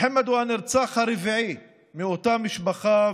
מוחמד הוא הנרצח הרביעי מאותה משפחה,